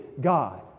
God